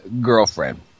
girlfriend